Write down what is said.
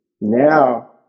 Now